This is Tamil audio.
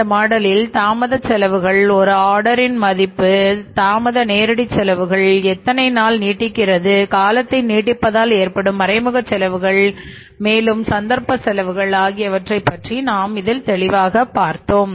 இந்த மாடலில் தாமத செலவுகள் ஒரு ஆர்டர் இன் மதிப்பு தாமத நேரடி செலவுகள் எத்தனை நாள் நீடிக்கிறது காலத்தை நீட்டிப்பதால் ஏற்படும் மறைமுக செலவுகள் மேலும் சந்தர்ப்ப செலவுகள் ஆகியவற்றைப் பற்றி நாம் இதில் தெளிவாக பார்த்தோம்